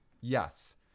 Yes